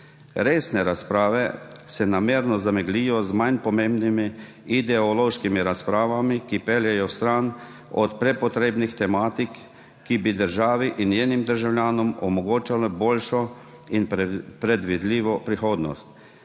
Resne razprave se namerno zameglijo z manj pomembnimi ideološkimi razpravami, ki peljejo stran od prepotrebnih tematik, ki bi državi in njenim državljanom omogočale boljšo in predvidljivo prihodnost,